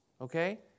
okay